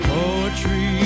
Poetry